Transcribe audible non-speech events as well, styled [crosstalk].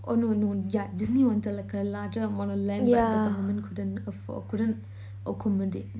oh no no yeah Disney wanted like a larger amount of land but the government couldn't affor~ couldn't [breath] accommodate